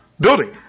building